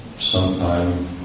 sometime